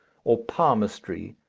or palmistry,